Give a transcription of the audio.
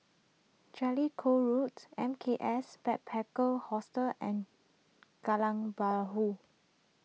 Jellicoe Roads M K S Backpackers Hostel and Kallang Bahru